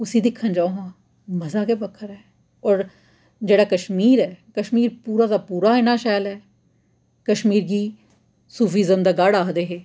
उसी दिक्खन जाओ हा मजा गै बक्खरा ऐ होर जेह्ड़ा कश्मीर ऐ कश्मीर पूरा दा पूरा इन्ना शैल ऐ कश्मीर गी सूफिजम दा गढ़ आखदे हे